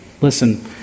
Listen